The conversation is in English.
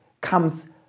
comes